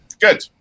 Good